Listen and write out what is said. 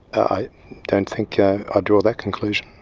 i don't think i'd draw that conclusion.